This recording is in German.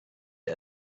dir